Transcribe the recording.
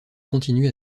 continué